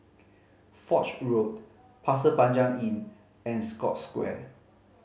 Foch Road Pasir Panjang Inn and Scotts Square